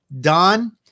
Don